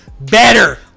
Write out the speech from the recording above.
Better